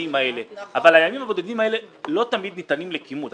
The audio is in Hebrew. הבודדים האלה אבל הימים הבודדים האלה לא תמיד ניתנים לכימות.